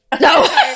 No